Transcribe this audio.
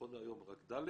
נכון להיום רק ד',